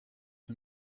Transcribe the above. him